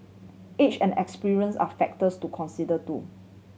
age and experience are factors to consider too